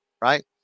right